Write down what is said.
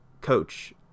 coach